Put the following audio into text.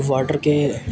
water کے